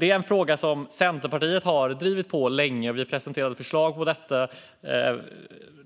Det är en fråga som Centerpartiet har drivit länge; vi presenterade ett förslag på detta